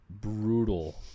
brutal